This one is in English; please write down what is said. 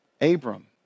Abram